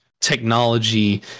technology